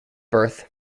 birth